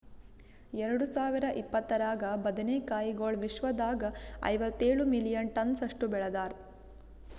ಎರಡು ಸಾವಿರ ಇಪ್ಪತ್ತರಾಗ ಬದನೆ ಕಾಯಿಗೊಳ್ ವಿಶ್ವದಾಗ್ ಐವತ್ತೇಳು ಮಿಲಿಯನ್ ಟನ್ಸ್ ಅಷ್ಟು ಬೆಳದಾರ್